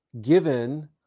given